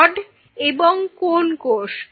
rod এবং কোন্ কোষ